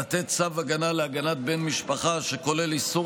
לתת צו הגנה להגנת בן משפחה שכולל איסור